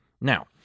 Now